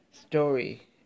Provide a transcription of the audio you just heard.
story